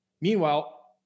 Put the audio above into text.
Meanwhile